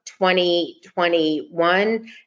2021